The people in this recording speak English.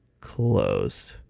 closed